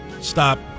stop